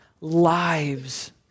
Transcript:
lives